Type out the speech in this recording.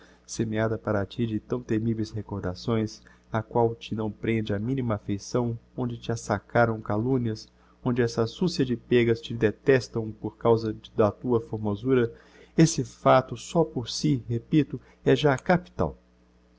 semeada para ti de tão temiveis recordações á qual te não prende a minima affeição onde te assacaram calumnias onde essa sucia de pêgas te detestam por causa da tua formosura esse facto só por si repito é já capital